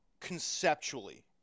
conceptually